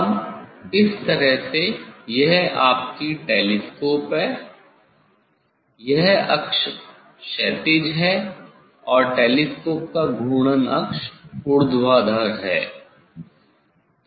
अब इस तरह से यह आपकी टेलीस्कोप है यह अक्ष क्षैतिज है और टेलीस्कोप का घूर्णन अक्ष ऊर्ध्वाधर है